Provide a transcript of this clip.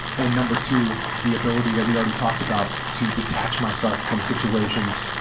and number two, the ability that we already talked about to detach myself from situations